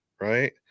right